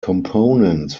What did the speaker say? components